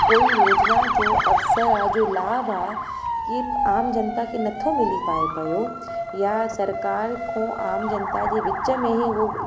कोई योजिना जो अवसरु आहे जो लाभ आहे कि आम जनता खे नथो मिली पाए पियो या सरकारि खां आम जनता जे विच में ई हू